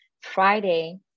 Friday